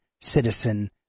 citizen